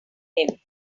him